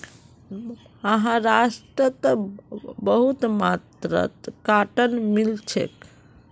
महाराष्ट्रत बहुत मात्रात कॉटन मिल छेक